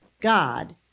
God